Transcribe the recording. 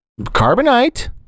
Carbonite